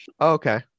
okay